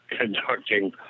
conducting